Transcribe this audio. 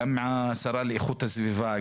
גם עם השרה לאיכות הסביבה,